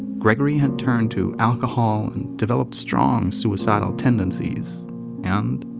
gregory had turned to alcohol and developed strong suicidal tendencies and.